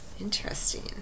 Interesting